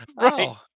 Right